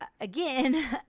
again